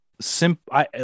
simple